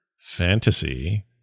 fantasy